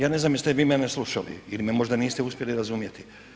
Ja ne znam jeste vi mene slušali ili me možda niste uspjeli razumjeti.